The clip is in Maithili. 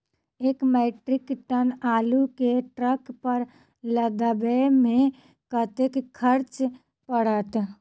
एक मैट्रिक टन आलु केँ ट्रक पर लदाबै मे कतेक खर्च पड़त?